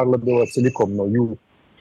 dar labiau atsilikom nuo jų